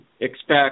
expect